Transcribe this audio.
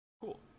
Cool